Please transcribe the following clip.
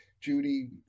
Judy